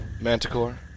Manticore